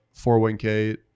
401k